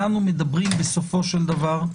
אנחנו מדברים, בסופו של דבר,